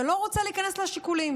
ואני לא רוצה להיכנס לשיקולים.